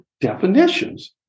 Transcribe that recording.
definitions